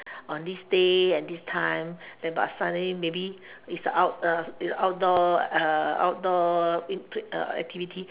on this day and this time but then suddenly maybe it's a out~ uh outdoor uh outdoor uh activity